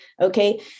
Okay